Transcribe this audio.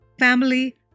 family